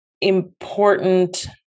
important